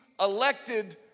elected